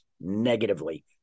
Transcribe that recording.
negatively